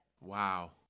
Wow